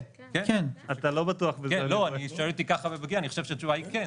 אני חושב שכן.